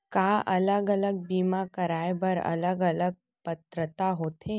का अलग अलग बीमा कराय बर अलग अलग पात्रता होथे?